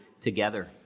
together